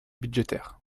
budgétaires